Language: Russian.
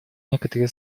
некоторые